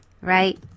right